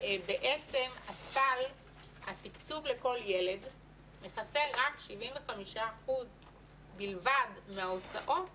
בעצם התקצוב לכל ילד מכסה רק 75% בלבד מההוצאות